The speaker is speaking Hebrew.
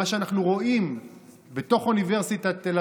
מה שאנחנו רואים בתוך אוניברסיטת תל